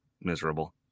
miserable